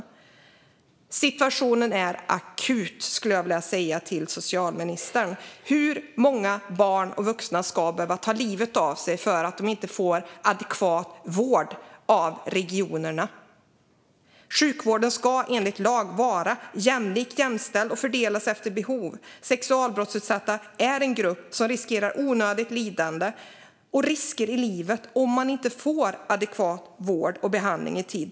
Situationen är akut. Det är vad jag vill säga till socialministern. Hur många barn och vuxna ska behöva ta livet av sig för att de inte får adekvat vård av regionerna? Sjukvården ska enligt lag vara jämlik, jämställd och fördelas efter behov. Sexualbrottsutsatta är en grupp som riskerar onödigt lidande och men för livet om de inte får adekvat vård och behandling i tid.